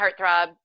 heartthrob